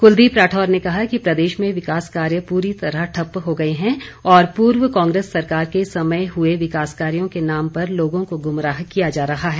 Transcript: कुलदीप राठौर ने कहा कि प्रदेश में विकास कार्य पूरी तरह ठप हो गए हैं और पूर्व कांग्रेस सरकार के समय हुए विकास कार्यों के नाम पर लोगों को गुमराह किया जा रहा है